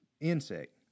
insect